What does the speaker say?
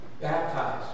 baptized